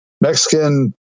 Mexican